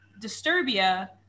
Disturbia